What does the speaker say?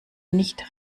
nicht